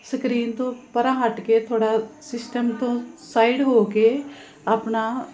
screen ਤੋਂ ਪਰਾਂ ਹਟ ਕੇ ਥੋੜ੍ਹਾ ਸਿਸਟਮ ਤੋਂ ਸਾਈਡ ਹੋ ਕੇ ਆਪਣਾ